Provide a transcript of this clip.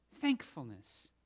thankfulness